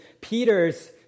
Peter's